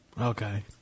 Okay